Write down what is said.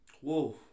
Whoa